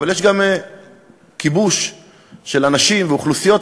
אבל יש גם כיבוש של אנשים ואוכלוסיות,